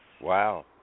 Wow